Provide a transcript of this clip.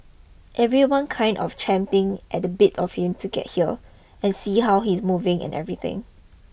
everyone kind of champing at the bit for him to get here and see how he's moving and everything